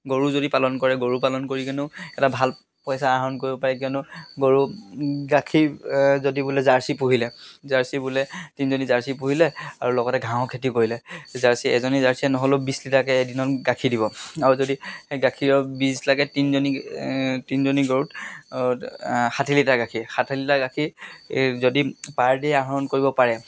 গৰু যদি পালন কৰে গৰু পালন কৰি কিনেও এটা ভাল পইচা আহৰণ কৰিব পাৰি কিয়নো গৰু গাখীৰ যদি বোলে জাৰ্চী পোহিলে জাৰ্চী বোলে তিনিজনী জাৰ্চী পুহিলে আৰু লগতে ঘাঁহো খেতি কৰিলে জাৰ্চি এজনী জাৰ্চি নহ'লেও বিছ লিটাৰকৈ এদিনত গাখীৰ দিব আৰু যদি গাখীৰৰ বিছ লাগে তিনিজনী তিনজনী গৰুত ষাঠি লিটাৰ গাখীৰ ষাঠি লিটাৰ গাখীৰ যদি পাৰ ডে' আহৰণ কৰিব পাৰে